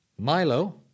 Milo